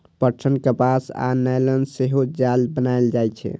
पटसन, कपास आ नायलन सं सेहो जाल बनाएल जाइ छै